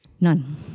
None